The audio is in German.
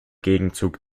gegenzug